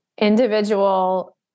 individual